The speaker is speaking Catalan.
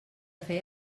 feia